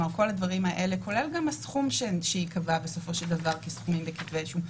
כולל גם הסכום שייקבע בסופו של דבר כסכומים בכתבי אישום,